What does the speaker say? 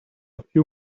few